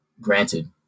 Granted